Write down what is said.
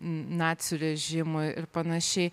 nacių režimui ir panašiai